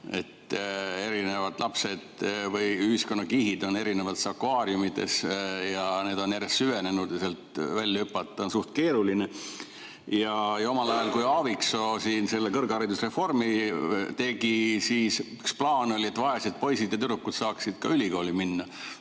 et erinevad ühiskonnakihid on eri akvaariumides ja need on järjest süvenenud, sealt välja hüpata on üsna keeruline. Omal ajal, kui Aaviksoo siin selle kõrgharidusreformi tegi, siis oli plaan selline, et vaesed poisid ja tüdrukud saaksid ka ülikooli minna.